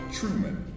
Truman